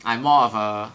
I'm more of a